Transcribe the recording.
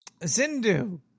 Zindu